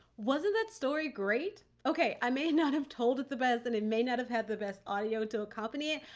wasn't that story great? okay. i may not have told it the best and it may not have had the best audio to accompany it,